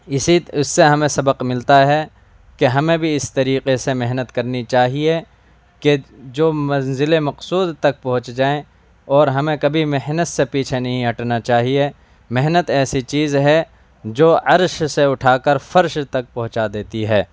اسی اس سے ہمیں سبق ملتا ہے کہ ہمیں بھی اس طریقے سے محنت کرنی چاہیے کہ جو منزل مقصود تک پہنچ جائیں اور ہمیں کبھی محنت سے پیچھے نہیں ہٹنا چاہیے محنت ایسی چیز ہے جو عرش سے اٹھا کر فرش تک پہنچا دیتی ہے